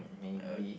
maybe